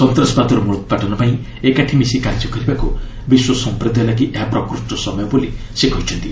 ସନ୍ତାସବାଦର ମ୍ବଳୋପାଟନ ପାଇଁ ଏକାଠି ମିଶି କାର୍ଯ୍ୟ କରିବାକ୍ ବିଶ୍ୱ ସମ୍ପ୍ରଦାୟ ଲାଗି ଏହା ପ୍ରକୃଷ୍ଟ ସମୟ ବୋଲି ସେ କହିଛନ୍ତି